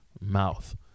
mouth